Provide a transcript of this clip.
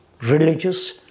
religious